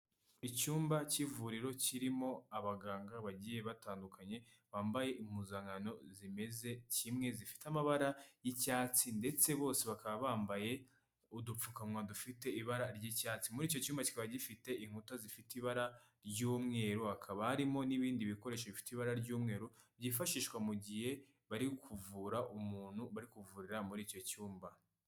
Icyumba cy'ivuriro kirimo abaganga bagiye batandukanye bambaye impuzankano zimeze kimwe zifite amabara y'icyatsi ndetse bose bakaba bambaye udupfukamunwa dufite ibara ry'icyatsi. Muri icyo cyumba kikaba gifite inkuta zifite ibara ry'umweru hakaba harimo n'ibindi bikoresho bifite ibara ry'umweru byifashishwa mu gihe bari kuvura umuntu bari kuvurira muri icyo cyumba.